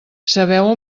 sabeu